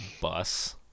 bus